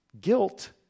guilt